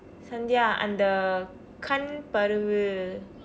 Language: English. santhiya அந்த கண் பருவு:andtha kan paruvu